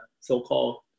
so-called